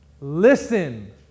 Listen